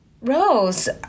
Rose